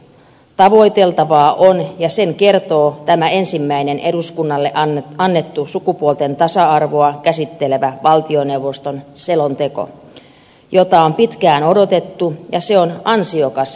tavoiteltavaa on ja sen kertoo tämä ensimmäinen eduskunnalle annettu sukupuolten tasa arvoa käsittelevä valtioneuvoston selonteko jota on pitkään odotettu ja se on ansiokas selonteko